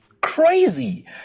Crazy